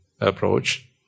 approach